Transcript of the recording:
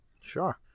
Sure